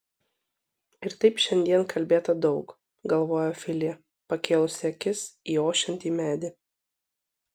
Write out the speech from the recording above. ir taip šiandien kalbėta daug galvojo filija pakėlusi akis į ošiantį medį